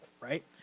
right